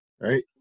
Right